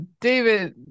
David